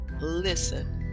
Listen